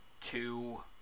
two